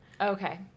Okay